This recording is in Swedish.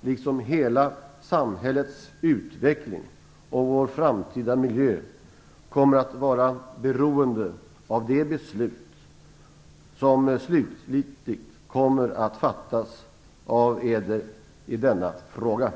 liksom hela samhällets utveckling och vår framtida miljö, kommer att vara beroende av de beslut som slutgiltigt kommer att fattas av Eder i denna fråga.